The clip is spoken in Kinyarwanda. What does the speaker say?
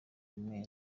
mwe